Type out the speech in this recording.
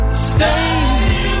stay